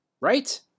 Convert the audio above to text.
Right